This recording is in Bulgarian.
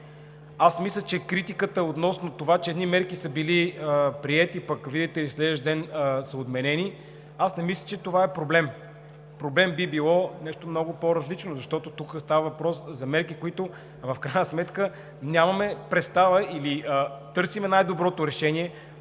в момента. Критиката относно това, че едни мерки са били приети, пък видите ли на следващия ден са отменени – не мисля, че това е проблем. Проблем би било нещо много по-различно, защото тук става въпрос за мерки, за които в крайна сметка нямаме представа или търсим най-доброто решение